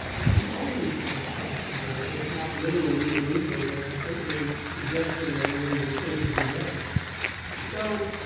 i mean, all of these conversations are if not literally illegal, they are certainly suggesting that illegal things be done so,